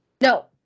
No